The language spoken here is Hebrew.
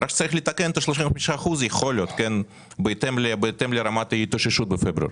יכול להיות שצריך לתקן את ה-35 אחוזים בהתאם לרמת ההתאוששות בפברואר.